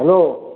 hello